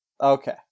Okay